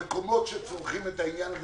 המקומות שצורכים את העניין הזה